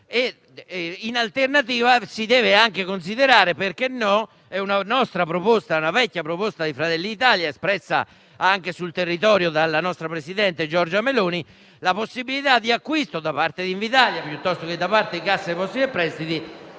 In alternativa, si deve anche considerare una vecchia proposta di Fratelli d'Italia, espressa anche sul territorio dalla nostra presidente Giorgia Meloni, cioè la possibilità di acquisto da parte di Invitalia o di Cassa depositi e prestiti